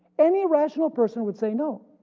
any rational person would say no.